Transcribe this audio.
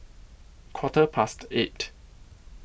Quarter Past eight